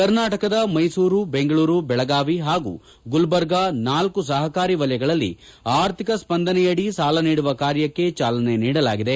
ಕರ್ನಾಟಕದ ಮೈಸೂರು ಬೆಂಗಳೂರು ಬೆಳಗಾವಿ ಹಾಗೂ ಗುಲ್ಬರ್ಗಾ ನಾಲ್ಕು ಸಹಕಾರಿ ವಲಯಗಳಲ್ಲಿ ಆರ್ಥಿಕ ಸ್ಪಂದನದಡಿ ಸಾಲ ನೀಡುವ ಕಾರ್ಯಕ್ಕೆ ಚಾಲನೆ ನೀಡಲಾಗಿದೆ